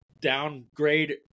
downgrade